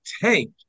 Tank